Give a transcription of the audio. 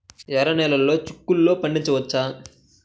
ఎర్ర నెలలో చిక్కుల్లో పండించవచ్చా?